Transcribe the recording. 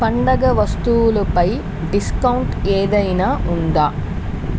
పండగ వస్తువులుపై డిస్కౌంట్ ఏదైనా ఉందా